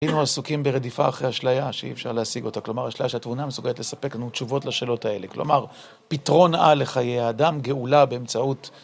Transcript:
היינו עסוקים ברדיפה אחרי אשליה, שאי אפשר להשיג אותה. כלומר, אשליה שהתבונה מסוגלת לספק לנו תשובות לשאלות האלה. כלומר, פתרון A לחיי האדם, גאולה באמצעות...